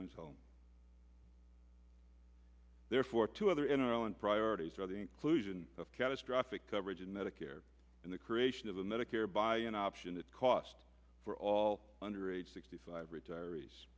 home therefore to other in arlon priorities are the inclusion of catastrophic coverage in medicare and the creation of a medicare buy in option that cost for all under age sixty five retirees